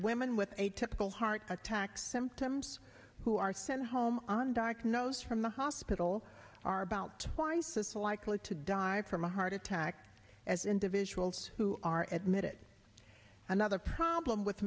women with a typical heart attack symptoms who are sent home on diagnosis from the hospital are about twice as likely to die from a heart attack as individuals who are at mit another problem with